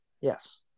Yes